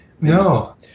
no